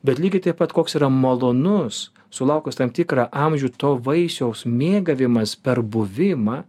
bet lygiai taip pat koks yra malonus sulaukus tam tikrą amžių to vaisiaus mėgavimąs per buvimą